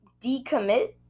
decommit